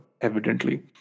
evidently